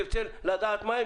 תרצה לדעת מה הם,